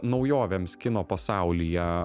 naujovėms kino pasaulyje